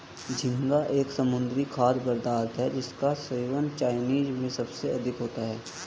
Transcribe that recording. झींगा एक समुद्री खाद्य पदार्थ है जिसका सेवन चाइना में सबसे अधिक होता है